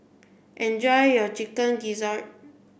enjoy your chicken gizzard